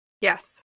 Yes